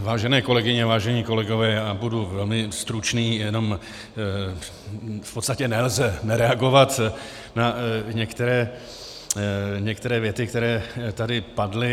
Vážené kolegyně, vážení kolegové, já budu velmi stručný, jenom v podstatě nelze nereagovat na některé věty, které tady padly.